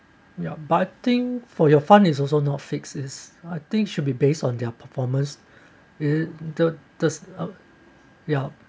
ya but I think for your fund is also not fix is I think should be based on their performance in the the yup